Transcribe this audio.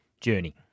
journey